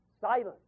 silence